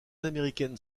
américaines